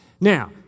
Now